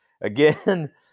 Again